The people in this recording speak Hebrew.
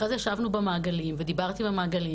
אחרי זה ישבנו במעגלים ודיברתי במעגלים